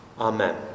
Amen